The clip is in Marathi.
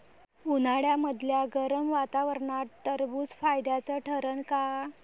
उन्हाळ्यामदल्या गरम वातावरनात टरबुज फायद्याचं ठरन का?